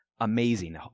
Amazing